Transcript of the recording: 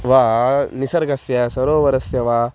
वा निसर्गस्य सरोवरस्य वा